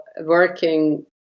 working